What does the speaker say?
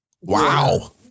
Wow